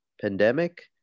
Pandemic